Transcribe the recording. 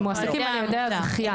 הם מועסקים על ידי הזכיין.